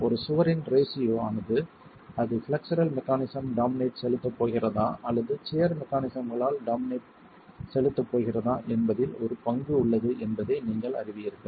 ஒரு சுவரின் ரேஷியோ ஆனது அது ஃப்ளெக்சுரல் மெக்கானிஸம் டாமினேட் செலுத்தப் போகிறதா அல்லது சியர் மெக்கானிஸம்களால் டாமினேட் செலுத்தப் போகிறதா என்பதில் ஒரு பங்கு உள்ளது என்பதை நீங்கள் அறிவீர்கள்